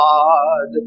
God